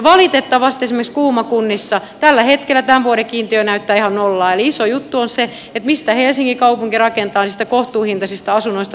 valitettavasti esimerkiksi kuuma kunnissa tällä hetkellä tämän vuoden kiintiö näyttää ihan nollaa eli iso juttu on se mistä helsingin kaupunki rakentaa niistä kohtuuhintaisista asunnoista toisen puolen